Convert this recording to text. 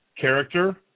character